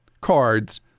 cards